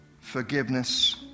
forgiveness